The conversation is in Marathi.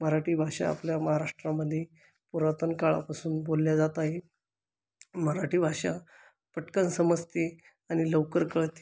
मराठी भाषा आपल्या महाराष्ट्रामध्ये पुरातन काळापासून बोलली जात आहे मराठी भाषा पटकन समजते आणि लवकर कळते